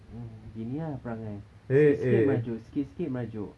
mm gini ah perangai sikit-sikit merajuk sikit-sikit merajuk